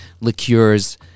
liqueurs